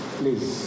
please